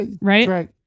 Right